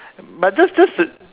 but just just to